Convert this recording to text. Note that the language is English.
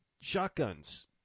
shotguns